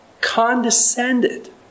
condescended